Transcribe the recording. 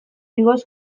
igoz